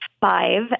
Five